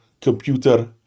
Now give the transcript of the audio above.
computer